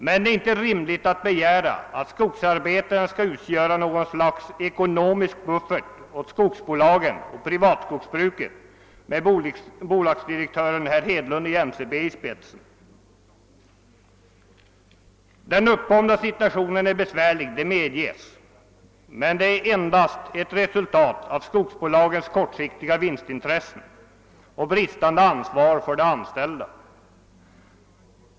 Men det är inte rimligt att begära att skogsarbetarna skall utgöra något slags ekonomisk buffert åt skogsbolagen och privatskogsbruket med bolagsdirektören i NCB, herr Hedlund, i spetsen. Den uppkomna situationen är besvärlig, det skall helt medges. Den är emellertid endast ett resultat av skogsbolagens kortsiktiga vinstintressen och bristande ansvar för de anställda.